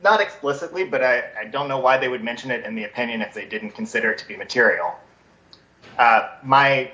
not explicitly but i don't know why they would mention it in the opinion if they didn't consider it to be material